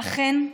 ואכן,